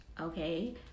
Okay